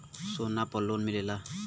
सोना पर लोन मिलेला?